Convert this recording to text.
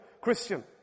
Christian